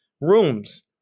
rooms